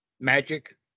magic